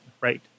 Right